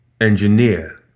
Engineer